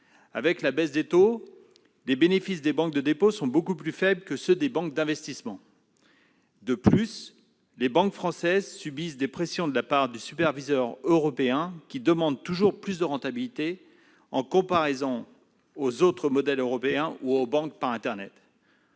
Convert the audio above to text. Avec la baisse des taux, les bénéfices des banques de dépôt sont beaucoup plus faibles que ceux des banques d'investissement. De plus, les banques françaises subissent des pressions de la part du superviseur européen qui demande toujours plus de rentabilité par rapport aux autres modèles européens ou aux banques par internet-